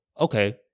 okay